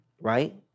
right